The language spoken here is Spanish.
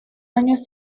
años